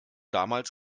damals